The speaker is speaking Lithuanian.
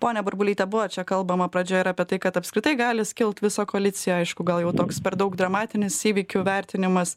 ponia burbulyte buvo čia kalbama pradžioje ir apie tai kad apskritai gali iskilt viso koalicija aišku gal jau toks per daug dramatinis įvykių vertinimas